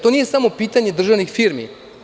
To nije samo pitanje državnih firmi.